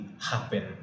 happen